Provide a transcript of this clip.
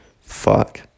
Fuck